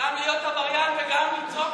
גם להיות עבריין וגם לצעוק?